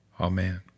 Amen